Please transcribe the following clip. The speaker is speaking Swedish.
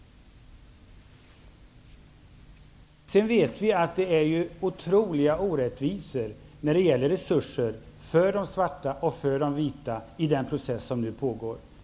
Vi vet att det finns otroliga orättvisor vad beträffar resurser för de svarta och för de vita i den process som nu pågår.